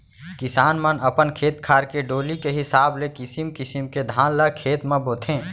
किसान मन अपन खेत खार के डोली के हिसाब ले किसिम किसिम के धान ल खेत म बोथें